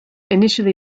initially